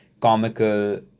comical